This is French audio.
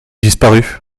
disparu